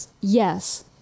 Yes